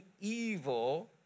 evil